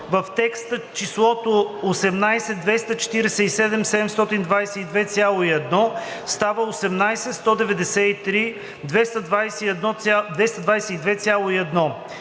В текста числото „18 247 722,1“ става „18 193 222,1“.